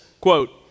quote